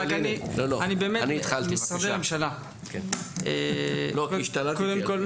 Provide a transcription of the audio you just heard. ברשותכם, משרדי הממשלה, תיראו,